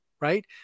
Right